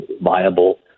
viable